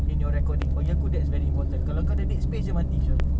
in your recording bagi aku that's very important kalau kau ada dead space jer mati jer